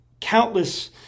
countless